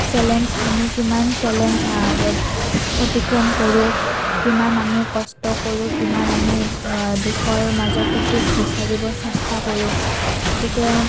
challenge আমি কিমান challenge অতিক্ৰম কৰোঁ কিমান আমি কষ্ট কৰোঁ কিমান আমি দুখৰ মাজতো সুখ বিচাৰিব চেষ্টা কৰোঁ গতিকে